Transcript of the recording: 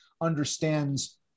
understands